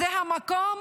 זה המקום